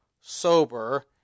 sober